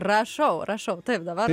rašau rašau taip dabar